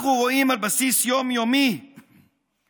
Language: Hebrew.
אנחנו רואים על בסיס יום-יומי התעמרות